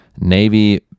Navy